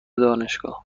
دانشگاه